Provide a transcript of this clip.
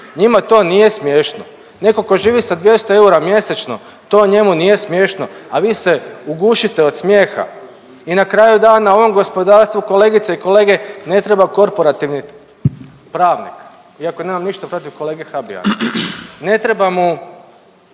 Njima to nije smiješno. Netko tko živi sa 200 eura mjesečno to njemu nije smiješno, a vi se ugušite od smijeha. I na kraju dana ovom gospodarstvu kolegice i kolege ne treba korporativni pravnik, iako nemam ništa protiv kolege Habijana. Ne treba mu